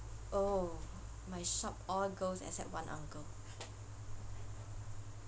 oh my shop all girls except one uncle